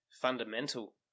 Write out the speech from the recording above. fundamental